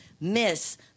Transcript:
miss